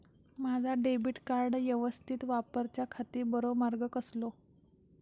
माजा debit card यवस्तीत वापराच्याखाती बरो मार्ग कसलो?